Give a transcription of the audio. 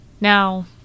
Now